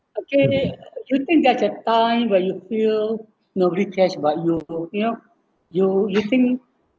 okay do you think that at time where you feel nobody cares about you you know you you think